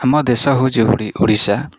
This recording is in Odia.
ଆମ ଦେଶ ହେଉଛି ଓଡ଼ି ଓଡ଼ିଶା